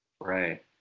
Right